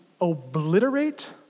obliterate